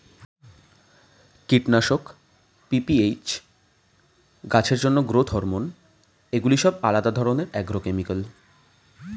কীটনাশক, পি.পি.এইচ, গাছের জন্য গ্রোথ হরমোন এগুলি সব আলাদা ধরণের অ্যাগ্রোকেমিক্যাল